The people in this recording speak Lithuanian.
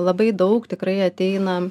labai daug tikrai ateina